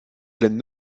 plaines